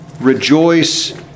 Rejoice